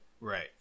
Right